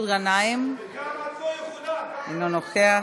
אף אחד לא מוציא אתכם.